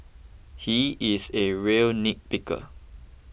he is a real nitpicker